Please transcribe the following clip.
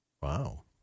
Wow